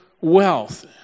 wealth